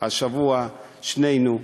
השבוע שנינו,